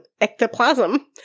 ectoplasm